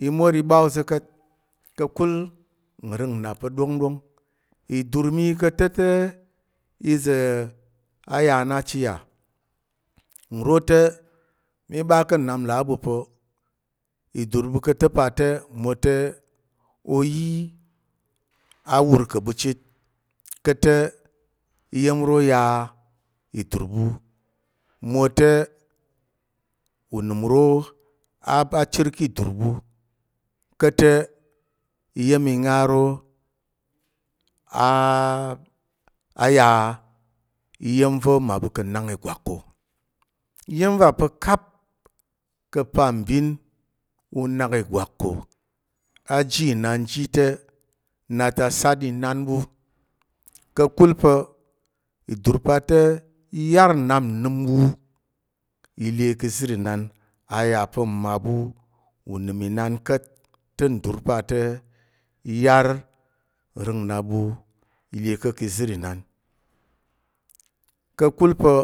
I mor i ɓa ôza̱ ka̱t ka̱kul nrəng nnap pa̱ ɗongɗong. Idur mi ka̱ ta̱ te ize a ya na chit yà, nro te mí ɓa ka̱ nnap nlà a ɓu pa̱ idur ɓu ka̱ ta̱ pa te mwote oyi a wur ka̱ ɓu chit ka̱t te iya̱m ro ya idur ɓu, mwote unəm a ɓa chər ki idur ɓu ka̱t te iya̱m inga ro a a ya i ya̱m va̱ mmaɓu ka̱ nnak ìgwak ko. Iya̱m va̱ pa̱ kap ka̱ pambin u na ìgwak ko i ji inan ji te, nna ta sat inan ɓu. Ka̱kul pa̱ idur pa te i yar nnap nnəm ɓu i le ki izər inan. A yà pa̱ mmaɓu unəm inan ka̱t te ndur pa te i yar nrəng nnap ɓu i le ko ki izər inan. Ka̱kul pa̱